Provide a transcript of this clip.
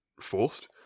forced